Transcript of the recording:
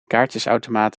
kaartjesautomaat